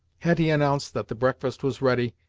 hetty announced that the breakfast was ready,